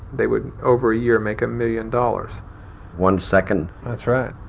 they would, over a year, make a million dollars one second that's right.